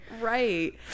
Right